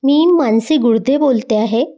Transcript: मी मानसी गुडदे बोलते आहे